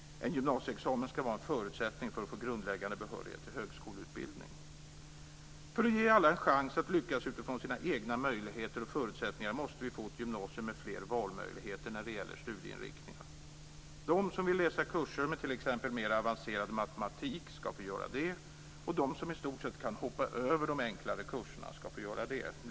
En gymnasieexamen ska vara en förutsättning för att få grundläggande behörighet för högskoleutbildning. För att ge alla en chans att lyckas utifrån sina egna möjligheter och förutsättningar måste vi få ett gymnasium med fler valmöjligheter när det gäller studieinriktningar. De som vill läsa kurser med t.ex. mer avancerad matematik ska få göra det, och de som i stort sett kan hoppa över de enklare kurserna ska få göra det.